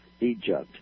Egypt